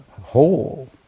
whole